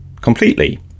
completely